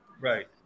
Right